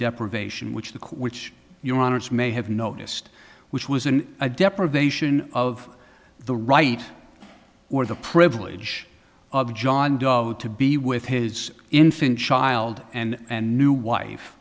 deprivation which the code which your honour's may have noticed which was in a deprivation of the right or the privilege of john doe to be with his infant child and new wife